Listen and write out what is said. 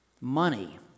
Money